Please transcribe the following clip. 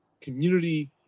community